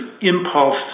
impulse